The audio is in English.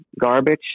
garbage